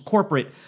Corporate